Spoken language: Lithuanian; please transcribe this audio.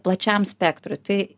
plačiam spektru tai